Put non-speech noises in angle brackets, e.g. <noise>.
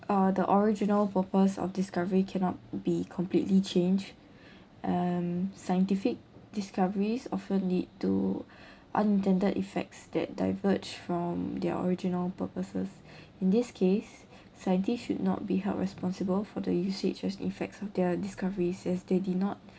uh the original purpose of discovery cannot be completely changed <breath> and scientific discoveries often lead to <breath> unintended effects that diverge from their original purposes <breath> in this case scientists should not be held responsible for the usage slash effects of their discoveries as they did not